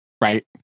Right